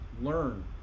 Learn